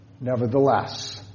Nevertheless